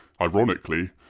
ironically